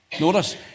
Notice